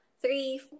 three